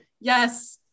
Yes